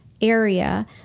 area